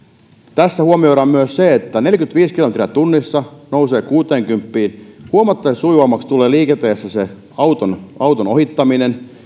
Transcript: tässä huomioidaan myös se että kun neljäkymmentäviisi kilometriä tunnissa nousee kuuteenkymppiin niin tulee huomattavasti sujuvammaksi liikenteessä se auton auton ohittaminen